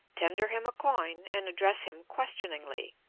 tender him a coin, and address him questioningly